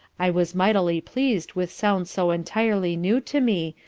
i was mightily pleas'd with sounds so entirely new to me,